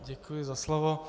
Děkuji za slovo.